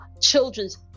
children's